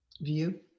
view